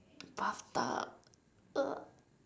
bathtub uh